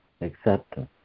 acceptance